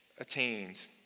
attained